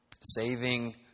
Saving